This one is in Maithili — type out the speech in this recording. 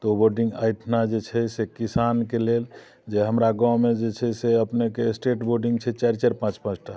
तऽ बोडिंग अइठमा जे छै किसानके लेल जे हमरा गाँवमे जे छै से अपनेके स्टेट बोडिंग छै चारि चारि पाँच पाँच टा